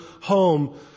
home